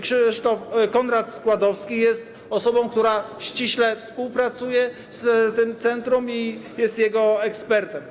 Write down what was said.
Konrad Składowski jest osobą, która ściśle współpracuje z tym centrum i jest jego ekspertem.